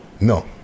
no